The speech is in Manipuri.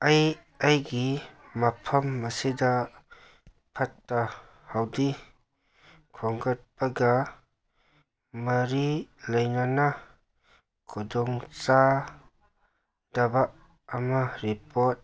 ꯑꯩ ꯑꯩꯒꯤ ꯃꯐꯝ ꯑꯁꯤꯗ ꯐꯠꯇ ꯍꯥꯎꯗꯤ ꯈꯣꯝꯒꯠꯄꯗ ꯃꯔꯤ ꯂꯩꯅꯅ ꯈꯨꯗꯣꯡ ꯆꯥꯗꯕ ꯑꯃ ꯔꯤꯄꯣꯠ